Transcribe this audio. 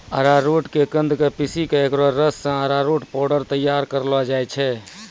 अरारोट के कंद क पीसी क एकरो रस सॅ अरारोट पाउडर तैयार करलो जाय छै